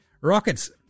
Rockets